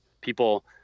people